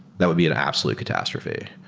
that would be an absolute catastrophe.